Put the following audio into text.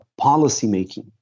policymaking